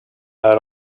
out